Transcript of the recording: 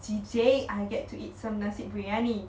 the day I get to eat some nasi biryani